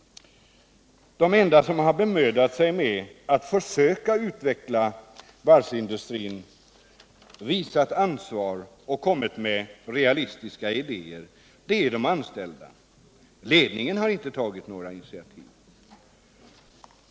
De enda som har bemödat sig om att försöka utveckla varvsindustrin, visat ansvar och kommit med realistiska idéer, är de anställda. Ledningen har inte tagit några initiativ.